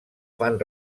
fan